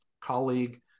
colleague